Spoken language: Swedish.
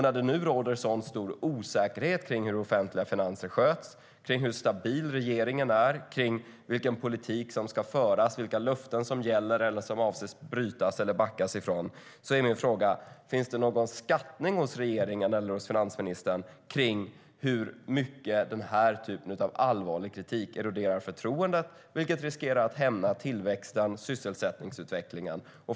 När det nu råder en så stor osäkerhet kring hur de offentliga finanserna sköts, hur stabil regeringen är, vilken politik som ska föras och vilka löften som gäller eller som avses brytas eller backas ifrån, finns det någon skattning hos regeringen eller finansministern av i vilken utsträckning den här typen av allvarlig kritik eroderar förtroendet och riskerar att hämma tillväxten och sysselsättningsutvecklingen?